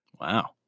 Wow